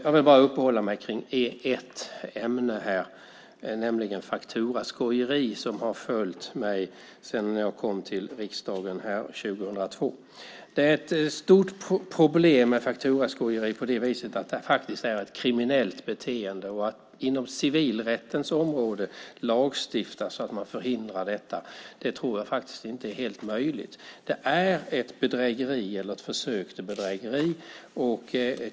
Jag vill bara uppehålla mig vid ett ämne här, nämligen fakturaskojeri som har följt mig sedan jag kom till riksdagen 2002. Det är ett stort problem med fakturaskojeri på det viset att det är ett kriminellt beteende. Att inom civilrättens område lagstifta så att man förhindrar detta tror jag faktiskt inte är helt möjligt. Det är ett bedrägeri eller ett försök till bedrägeri.